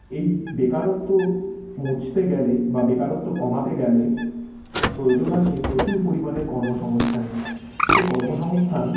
এই বেকারত্ব মুছতে গেলে বা বেকারত্ব কমাতে গেলে প্রয়োজন আছে প্রচুর পরিমাণের কর্মসংস্থানের সেই কর্মসংস্থান